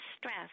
stress